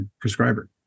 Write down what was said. prescriber